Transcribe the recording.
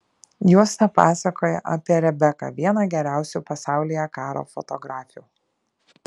juosta pasakoja apie rebeką vieną geriausių pasaulyje karo fotografių